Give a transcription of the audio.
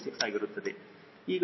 6 ಆಗಿರುತ್ತದೆ